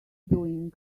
doing